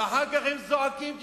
ואחר כך הם זועקים געוואלד.